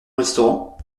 restaurant